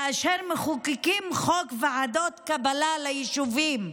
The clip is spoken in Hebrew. כאשר מחוקקים חוק ועדות קבלה ליישובים,